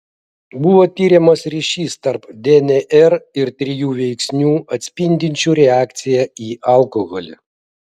buvo tiriamas ryšys tarp dnr ir trijų veiksnių atspindinčių reakciją į alkoholį